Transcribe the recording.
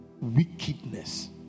Wickedness